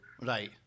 Right